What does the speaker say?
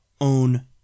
own